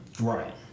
Right